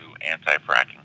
anti-fracking